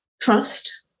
Trust